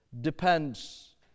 Depends